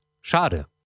Schade